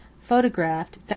photographed